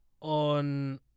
on